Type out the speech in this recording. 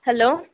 hello